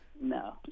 No